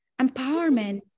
Empowerment